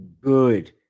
Good